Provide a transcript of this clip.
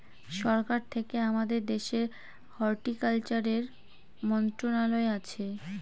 সরকার থেকে আমাদের দেশের হর্টিকালচারের মন্ত্রণালয় আছে